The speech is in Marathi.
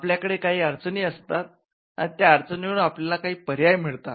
आपल्याकडे काही अडचणी असतात आणि त्या अडचणींवर आपल्याला काही पर्याय मिळतात